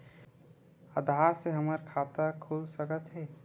आधार से हमर खाता खुल सकत हे?